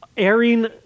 Airing